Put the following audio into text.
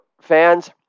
fans